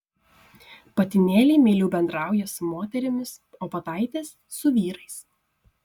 patinėliai meiliau bendrauja su moterimis o pataitės su vyrais